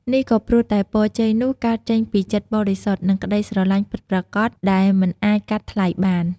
នេះក៏ព្រោះតែពរជ័យនោះកើតចេញពីចិត្តបរិសុទ្ធ និងក្តីស្រឡាញ់ពិតប្រាកដដែលមិនអាចកាត់ថ្លៃបាន។